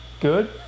good